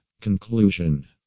Conclusion